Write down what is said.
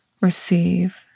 receive